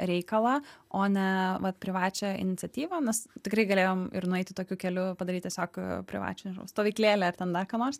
reikalą o ne va privačią iniciatyvą mes tikrai galėjom ir nueiti tokiu keliu padaryt tiesiog privačią stovyklėlę ar ten dar ką nors